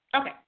Okay